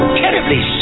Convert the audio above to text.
terribly